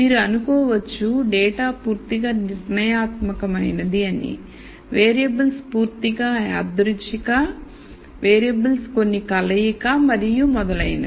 మీరు అనుకోవచ్చు డేటా పూర్తిగా నిర్ణయాత్మకమైనది అని వేరియబుల్స్ పూర్తిగా యాదృచ్ఛిక వేరియబుల్స్ కొన్ని కలయిక మరియు మొదలైనవి